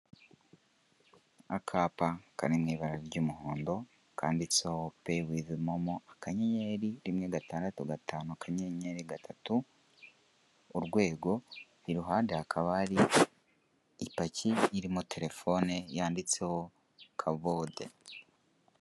Akapa kari mu ibara ry'umuhondo kanditseho pay with MoMo, akanyenyeri, rimwe gatandatu gatanu, akanyenyeri gatatu, urwego, iruhande hakaba hari ipaki irimo terefone yanditseho Kabode.